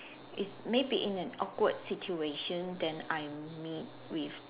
it's may be in an awkward situation then I meet with